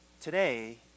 Today